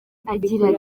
agira